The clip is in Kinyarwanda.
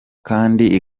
kandi